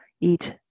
eat